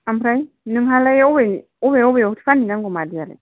ओमफ्राय नोंहालाय बबे बबे बबेयावथो फानहैनांगौ मादैयालाय